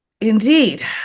Indeed